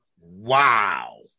Wow